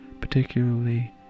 particularly